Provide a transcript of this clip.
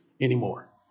anymore